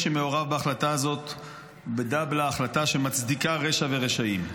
שמעורב בהחלטה הזאת שמצדיקה רשע ורשעים.